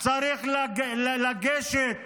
צריך לגשת